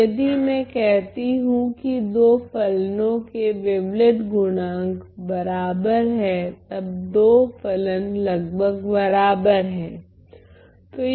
तो यदि मैं कहती हूँ कि दो फलनों के वेवलेट गुणांक बराबर है तब 2 फलन लगभग बराबर हैं